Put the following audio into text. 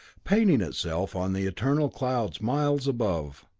painting itself on the eternal clouds miles above.